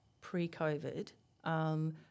pre-COVID